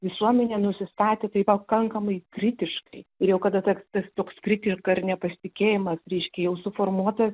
visuomenė nusistatė taip pakankamai kritiškai ir jau kada ta tas toks kritika ir nepasitikėjimas reiškia jau suformuota